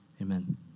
Amen